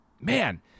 man